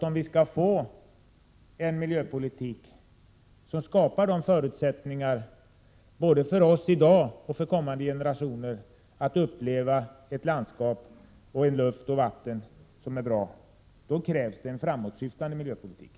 Om vi skall få en miljöpolitik som skapar förutsättningar för oss att i dag och i kommande generationer uppleva ett landskap med ren luft och rent vatten, då krävs en framsynt miljöpolitik.